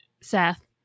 Seth